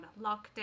Lockdown